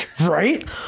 right